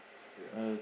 ya